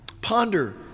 Ponder